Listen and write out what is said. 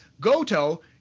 Goto